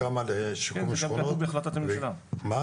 כמה לשיקום שכונות --- כן.